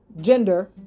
gender